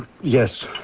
Yes